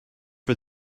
for